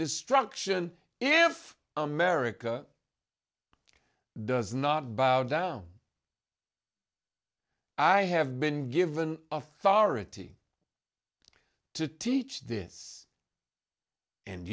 destruction if america does not bow down i have been given authority to teach this and